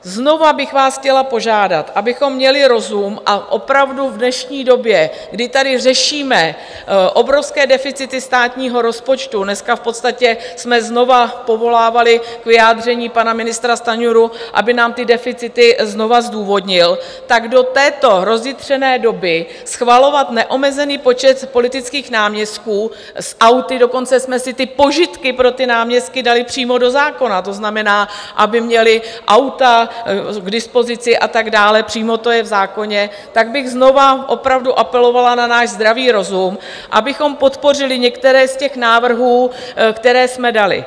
Znovu bych vás chtěla požádat, abychom měli rozum a opravdu v dnešní době, kdy tady řešíme obrovské deficity státního rozpočtu, dneska v podstatě jsme znovu povolávali k vyjádření pana ministra Stanjuru, aby nám ty deficity znovu zdůvodnil, tak do této rozjitřené doby schvalovat neomezený počet politických náměstků s auty, dokonce jsme si ty požitky pro náměstky dali přímo do zákona, to znamená, aby měli auta k dispozici a tak dále, přímo to je v zákoně, tak bych znovu opravdu apelovala na náš zdravý rozum, abychom podpořili některé z těch návrhů, které jsme dali.